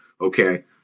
okay